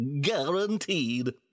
Guaranteed